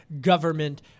Government